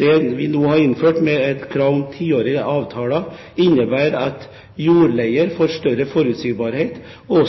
Det vi nå har innført med kravet om tiårige avtaler, innebærer at jordleier får større forutsigbarhet og